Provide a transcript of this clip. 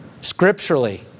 scripturally